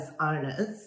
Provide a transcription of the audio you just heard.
owners